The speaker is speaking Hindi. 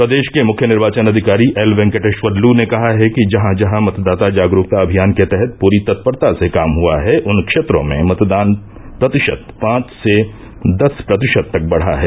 प्रदेष के मुख्य निर्वाचन अधिकारी एल वेंकटेष्वर लू ने कहा है कि जहां जहां मतदाता जागरूकता अभियान के तहत पूरी तत्परता से काम हुआ है उन क्षेत्रों में मतदान प्रतिषत पांच से दस प्रतिषत तक बढ़ा है